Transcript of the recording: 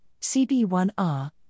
CB1R